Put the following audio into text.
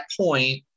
point